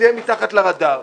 זה יהיה מתחת לרדאר.